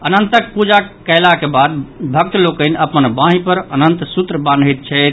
अनंतक पूजाक कयलाक बाद भक्त लोकनि अपन बांहि पर अनंत सूत्र बान्हैत छथि